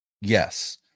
yes